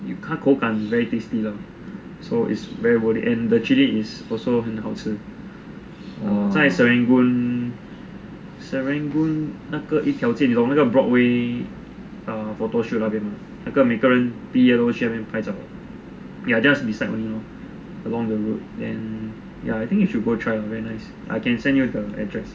他口感 is very tasty lah so it's very worth it and the chili is also 很好吃在 serangoon serangoon 那个一条街你懂那个 broadway err photoshoot 那边吗那个每个人毕业都会去那边拍照 ya just beside only lor along the road then ya I think you should go try ah very nice I can send you the address